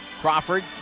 Crawford